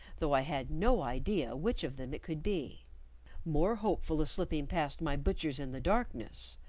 though i had no idea which of them it could be more hopeful of slipping past my butchers in the darkness,